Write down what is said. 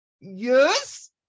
yes